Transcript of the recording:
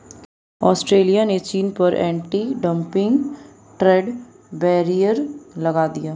Australia ने चीन पर एंटी डंपिंग ट्रेड बैरियर लगा दिया